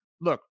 look